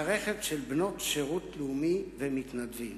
מערכת של בנות שירות לאומי ומתנדבים,